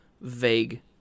vague